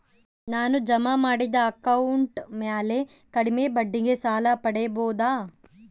ನಾನು ಜಮಾ ಮಾಡಿದ ಅಕೌಂಟ್ ಮ್ಯಾಲೆ ಕಡಿಮೆ ಬಡ್ಡಿಗೆ ಸಾಲ ಪಡೇಬೋದಾ?